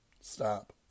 Stop